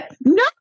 No